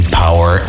power